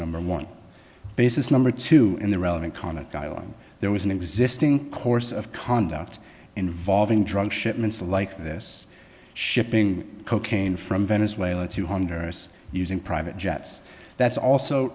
number one basis number two in the relevant conduct guyland there was an existing course of conduct involving drug shipments like this shipping cocaine from venezuela to honduras using private jets that's also